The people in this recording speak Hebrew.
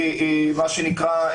מה שנקרא,